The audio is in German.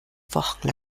wochen